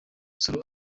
nsoro